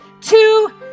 two